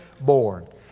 born